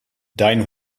dein